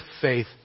faith